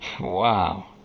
Wow